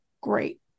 great